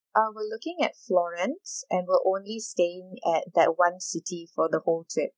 uh we're looking at florence and we'll only staying at that one city for the whole trip